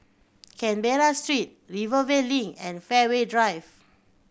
Canberra Street Rivervale Link and Fairway Drive